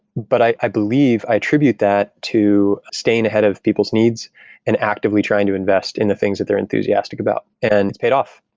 but i i believe i attribute that to staying ahead of people's needs and actively trying to invest in the things that they're enthusiastic about, and it's paid off.